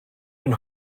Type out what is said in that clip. and